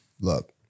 look